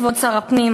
כבוד שר הפנים,